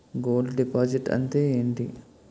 Gold deposit అంతే ఎంటి?